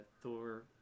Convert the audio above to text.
Thor